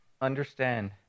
understand